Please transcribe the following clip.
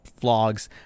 Vlogs